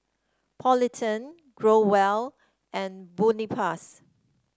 Polident Growell and Tubifast